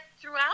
throughout